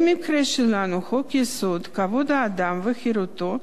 במקרה שלנו חוק-יסוד: כבוד האדם וחירותו,